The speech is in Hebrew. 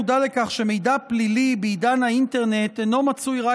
שמידע פלילי בעידן האינטרנט אינו מצוי רק